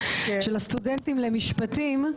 של הסטודנטים למשפטים,